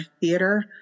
theater